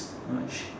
merge